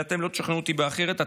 ואתם לא תשכנעו אותי אחרת.